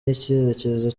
n’icyerekezo